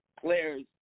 players